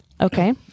okay